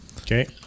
Okay